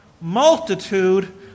Multitude